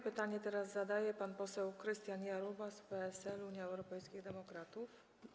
Pytanie teraz zadaje pan poseł Krystian Jarubas, PSL - Unia Europejskich Demokratów.